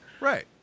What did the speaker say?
Right